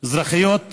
אזרחיות ערביות,